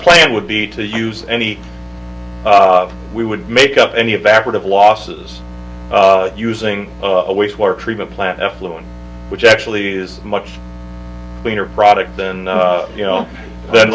plane would be to use any we would make up any evaporative losses using a waste water treatment plant effluent which actually is much cleaner product then you know then